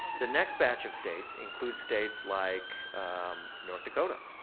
the next batch of states include states like north dakota,